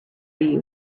you